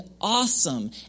awesome